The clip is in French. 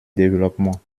développement